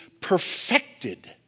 perfected